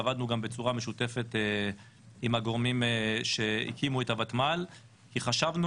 גם עבדנו בצורה משותפת עם הגורמים שהקימו את הוותמ"ל כי חשבנו